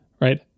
right